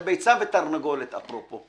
זה ביצה ותרנגולת, אפרופו.